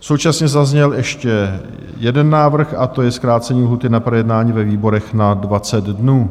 Současně zazněl ještě jeden návrh a to je zkrácení lhůty na projednání ve výborech na 20 dnů.